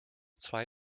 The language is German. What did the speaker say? zwei